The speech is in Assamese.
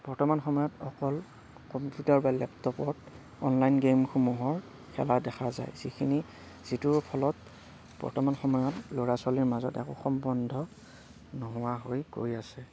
বৰ্তমান সময়ত অকল কম্পিউটাৰ বা লেপটপত অনলাইন গেমসমূহৰ খেলা দেখা যায় যিখিনি যিটোৰ ফলত বৰ্তমান সময়ত ল'ৰা ছোৱালীৰ মাজত একো সম্বন্ধ নোহোৱা হৈ গৈ আছে